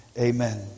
amen